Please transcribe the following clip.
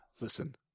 Listen